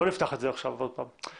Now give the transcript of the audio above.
לא נפתח את זה עכשיו עוד פעם.